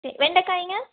வெண்டக்காய்ங்க